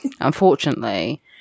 unfortunately